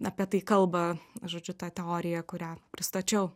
apie tai kalba žodžiu ta teorija kurią pristačiau